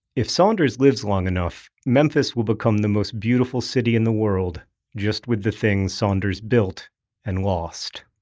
if saunders lives long enough, memphis will become the most beautiful city in the world just with the things saunders built and lost.